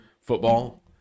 football